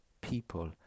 people